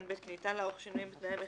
(ב) כי ניתן לערוך שינויים בתנאי המכרז,